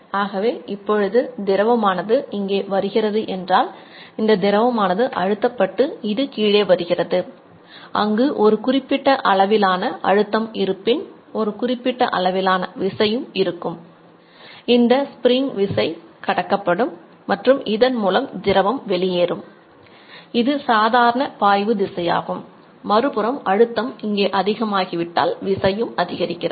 ஆகவே free body வரைபடம் வழங்கப்பட்டால் என்ன ஆகும் என்று பார்க்கலாம்